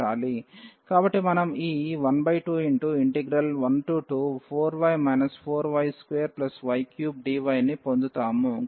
కాబట్టి మనం ఈ 12124y 4y2y3 dyని పొందుతాము